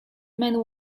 man